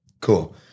Cool